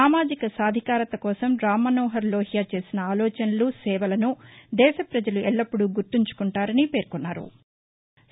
సామాజిక సాధికారత కోసం రామ్ మనోహర్ లోహియా చేసిన ఆలోచనలు సేవలను దేశ ప్రజలు ఎల్లప్పుడూ గుర్తుంచుకుంటారని పేర్కొన్నారు